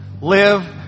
live